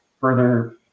further